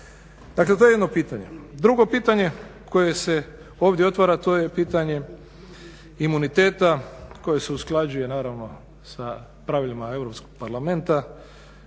Dakle, to je jedno pitanje. Drugo pitanje koje se ovdje otvara, to je pitanje imuniteta koji se usklađuje naravno sa pravilima Europskog parlamenta